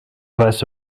weiße